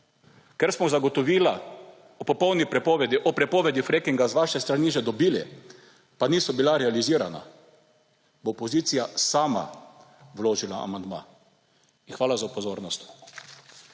ker smo zagotovila o popolni prepovedi, o prepovedi frackinga z vaše strani že dobili, pa niso bila realizirana, bo opozicija sama vložila amandma in hvala za pozornost.